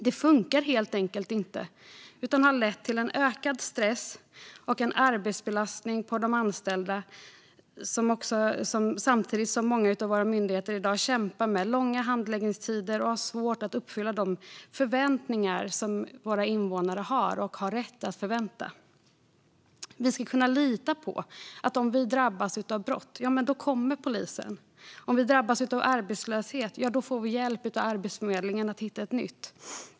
Det funkar helt enkelt inte, utan har lett till ökad stress och arbetsbelastning på anställda samtidigt som många myndigheter i dag kämpar med långa handläggningstider och har svårt att uppfylla de förväntningar invånarna har och har rätt att få uppfyllda. Vi ska kunna lita på att om vi drabbas av brott - då kommer polisen. Om vi drabbas av arbetslöshet - då ska vi få hjälp av Arbetsförmedlingen att hitta ett nytt arbete.